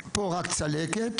פה, במצח, רק צלקת